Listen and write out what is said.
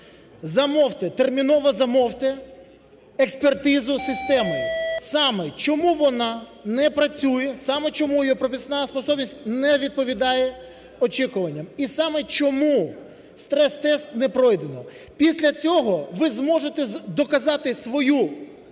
замовте, терміново замовте експертизу системи, саме чому вона не працює, саме чому її пропускна способність не відповідає очікуванням і саме чому стрес-тест не пройдено. Після цього ви зможете доказати свою,